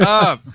up